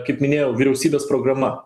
kaip minėjau vyriausybės programa